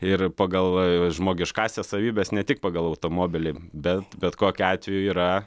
ir pagal žmogiškąsias savybes ne tik pagal automobilį bet bet kokiu atveju yra